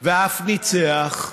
ואף ניצח,